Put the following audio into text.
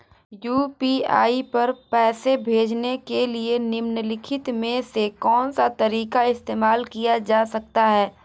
UPI पर पैसे भेजने के लिए निम्नलिखित में से कौन सा तरीका इस्तेमाल किया जा सकता है?